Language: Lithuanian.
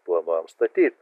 planuojam statyt